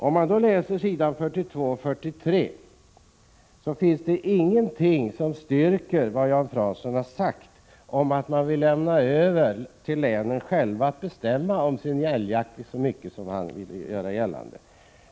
Om man läser s. 42 och 43, finner man ingenting som styrker vad Jan Fransson sagt om att man vill lämna över till länen själva att bestämma om sin älgjakt i så stor utsträckning som han vill göra gällande.